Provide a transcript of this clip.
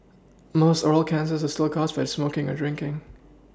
most oral cancers are still caused by smoking or drinking